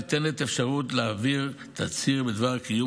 ניתנת אפשרות להעברת תצהיר בדבר קיום